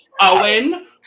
Owen